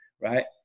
right